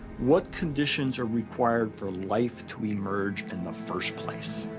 what conditions are required for life to emerge in the first place?